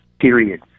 period